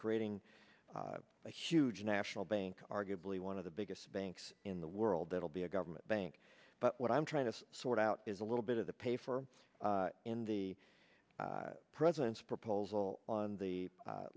creating a huge national bank arguably one of the biggest banks in the world that will be a government bank but what i'm trying to sort out is a little bit of the pay for in the president's proposal on the